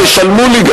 תשלמו לי,